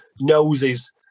noses